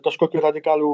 kažkokių radikalių